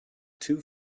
two